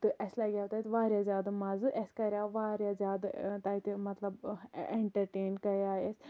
تہٕ اَسہِ لَگیو تَتہِ واریاہ زیادٕ مَزٕ اَسہِ کریو واریاہ زیادٕ تَتہِ مَطلَب انٹرٹین گیٚے أسۍ